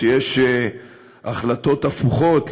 כשיש החלטות הפוכות,